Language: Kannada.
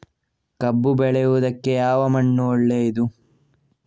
ಕಬ್ಬು ಬೆಳೆಯುವುದಕ್ಕೆ ಯಾವ ಮಣ್ಣು ಒಳ್ಳೆಯದು?